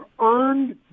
earned